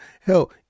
hell